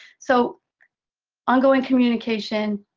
so ongoing communication,